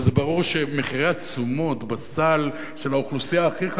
וזה ברור שהעלאת מחירי התשומות בסל של האוכלוסייה הכי חלשה,